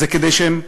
זה כדי שהם יכפישו,